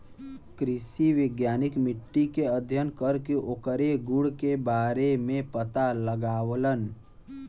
कृषि वैज्ञानिक मट्टी के अध्ययन करके ओकरे गुण के बारे में पता लगावलन